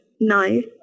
nice